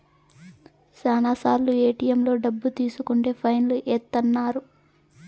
శ్యానా సార్లు ఏటిఎంలలో డబ్బులు తీసుకుంటే ఫైన్ లు ఏత్తన్నారు